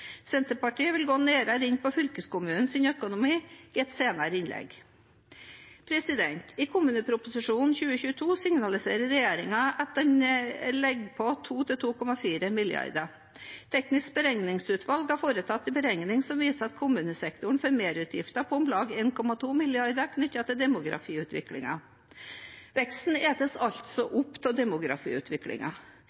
Senterpartiet vil gå nærmere inn på fylkeskommunens økonomi i et senere innlegg. I kommuneproposisjonen 2022 signaliserer regjeringen at det legges på 2–2,4 mrd. kr. Det tekniske beregningsutvalget har foretatt en beregning som viser at kommunesektoren får merutgifter på om lag 1,2 mrd. kr knyttet til demografiutviklingen. Veksten etes altså